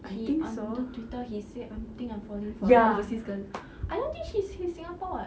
he on the twitter he he said I think I'm falling for this girl I don't think she's in singapore what